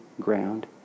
ground